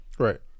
Right